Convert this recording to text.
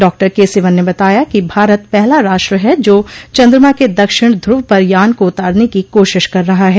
डॉ के सिवन ने बताया कि भारत पहला राष्ट्र है जो चन्द्रमा के दक्षिण ध्रुव पर यान को उतारने की कोशिश कर रहा है